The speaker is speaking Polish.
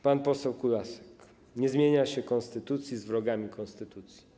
Pan poseł Kulasek: nie zmienia się konstytucji z wrogami konstytucji.